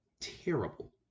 terrible